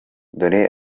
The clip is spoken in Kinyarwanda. dore